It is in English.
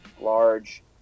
large